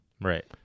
Right